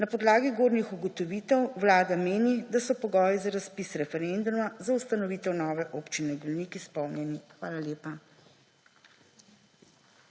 Na podlagi zgornjih ugotovitev Vlada meni, da so pogoj za razpis referenduma za ustanovitev nove Občine Golnik izpolnjeni. Hvala lepa.